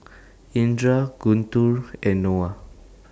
Indra Guntur and Noah